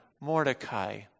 Mordecai